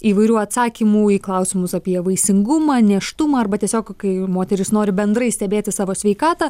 įvairių atsakymų į klausimus apie vaisingumą nėštumą arba tiesiog kai moteris nori bendrai stebėti savo sveikatą